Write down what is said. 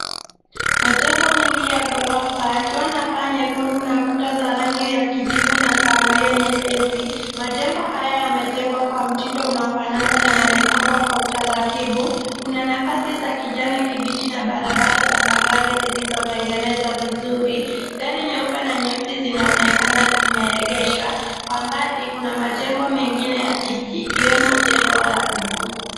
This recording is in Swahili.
Majengo mengi ya ghorofa yakiwa na paa nyekundu na kuta za rangi ya kijivu na kahawia nyepesi. Majengo haya yamejengwa kwa mtindo unaofanana na yamepangwa kwa utaratibu. Kuna nafasi za kijani kibichi na barabara za magari zilizotengenezwa vizuri. Gari nyeupe na nyeusi zinaonekana zimeegeshwa. Kwa mbali kuna majengo mengine ya jiji ikiwemo jengo la buluu.